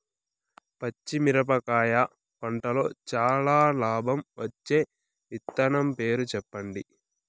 పచ్చిమిరపకాయ పంటలో చానా లాభం వచ్చే విత్తనం పేరు చెప్పండి?